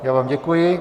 Já vám děkuji.